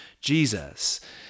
Jesus